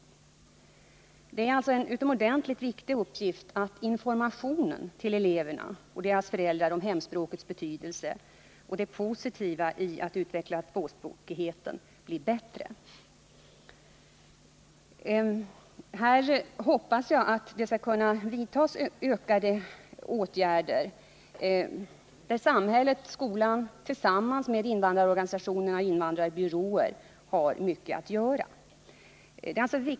Det är alltså en utomordentligt viktig uppgift att informationen till eleverna och deras föräldrar om hemspråkets betydelse och det positiva i att utveckla tvåspråkigheten blir bättre. Här hoppas jag att ökade åtgärder skall kunna vidtagas. På detta område har samhället och skolan tillsammans med invandrarorganisationer och invandrarbyråer mycket att göra.